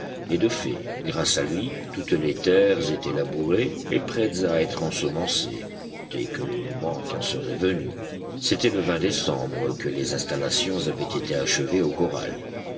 et de fait grâce à lui toutes les terres étaient labourées et prêtes à être ensemencées dès que le moment en serait venu c'était le décembre que les installations avaient été achevées au corral